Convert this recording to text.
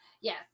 Yes